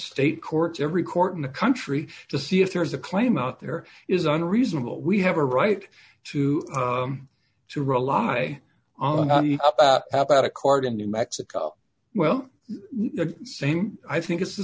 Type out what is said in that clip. state court every court in the country to see if there's a claim out there is unreasonable we have a right to to rely on an app out of court in new mexico well the same i think it's the